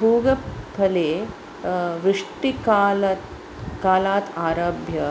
पूगफले वृष्टिकाले कालात् आरभ्य